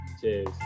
Cheers